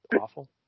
awful